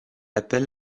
appelle